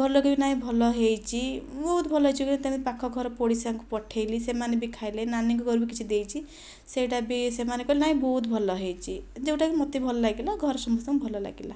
ଘର ଲୋକ ବି ନାଇଁ ଭଲ ହୋଇଛି ବହୁତ ଭଲ ହୋଇଛି କହି ତାଙ୍କ ପାଖ ଘର ପଡିସାଙ୍କୁ ପଠେଇଲି ସେମାନେ ବି ଖାଇଲେ ନାନୀଙ୍କ ଘରକୁ ବି କିଛି ଦେଇଛି ସେଇଟା ବି ସେମାନେ କହିଲେ ନାଇଁ ବହୁତ ଭଲ ହୋଇଛି ଯେଉଁଟାକି ମୋତେ ଭଲ ଲାଗିଲା ଘରେ ସମସ୍ତଙ୍କୁ ଭଲ ଲାଗିଲା